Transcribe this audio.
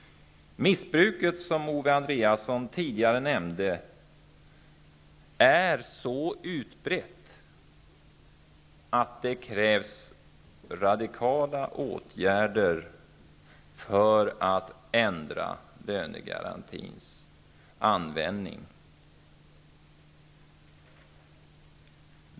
Missbruket, som Owe Andréasson tidigare nämnde, är så utbrett att det krävs radikala åtgärder för att ändra lönegarantins användning.